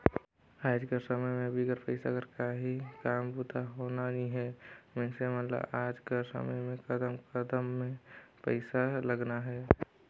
आएज कर समे में बिगर पइसा कर काहीं काम बूता होना नी हे मइनसे मन ल आएज कर समे में कदम कदम में पइसा लगना हे